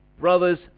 Brothers